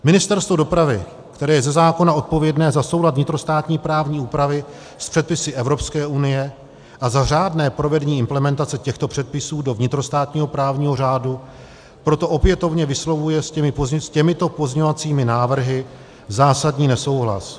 Ministerstvo dopravy, které je ze zákona odpovědné za soulad vnitrostátní právní úpravy s předpisy Evropské unie a za řádné provedení implementace těchto předpisů do vnitrostátního právního řádu, proto opětovně vyslovuje s těmito pozměňovacími návrhy zásadní nesouhlas.